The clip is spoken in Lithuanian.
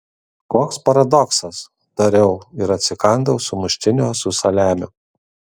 koks paradoksas tariau ir atsikandau sumuštinio su saliamiu